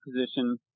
position